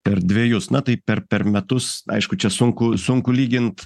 per dvejus na tai per per metus aišku čia sunku sunku lygint